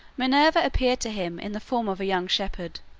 minerva appeared to him in the form of a young shepherd,